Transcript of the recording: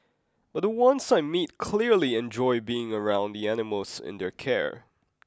but the ones I meet clearly enjoy being around the animals in their care